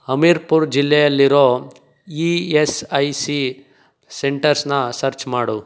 ಹಮೀರ್ಪುರ್ ಜಿಲ್ಲೆಯಲಿರೋ E S I C ಸೆಂಟರ್ಸ್ನ search ಮಾಡು